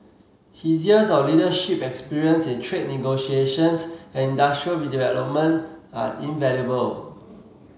his years of leadership experience in trade negotiations and industrial development are invaluable